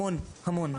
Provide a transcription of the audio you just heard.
המון המון,